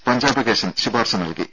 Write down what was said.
പഞ്ചാപകേശൻ ശുപാർശ നൽകി